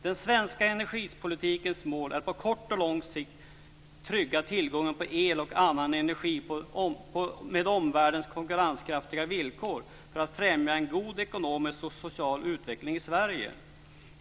Den svenska energipolitikens mål är att på kort och lång sikt trygga tillgången på el och annan energi på med omvärlden konkurrenskraftiga villkor för att främja en god ekonomisk och social utveckling i Sverige.